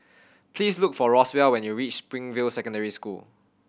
please look for Roswell when you reach Springfield Secondary School